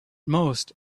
most